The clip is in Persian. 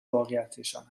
واقعیتشان